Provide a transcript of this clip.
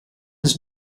ens